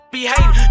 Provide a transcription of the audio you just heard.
Behaving